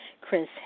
Chris